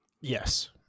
Yes